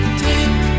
take